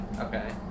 Okay